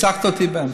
הפסקת אותי באמצע.